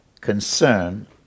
concern